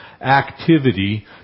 activity